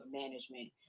management